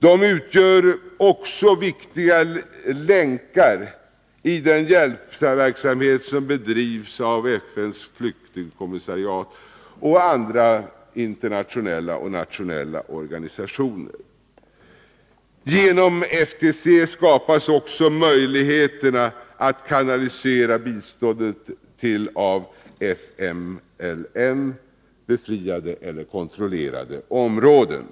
De utgör också viktiga länkar i den hjälpverksamhet som bedrivs av FN:s flyktingkommissariat och andra internationella och nationella organisationer. Genom FTC skapas också möjligheter att kanalisera biståndet till av FMNL befriade eller kontrollerade områden.